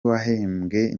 wahembwe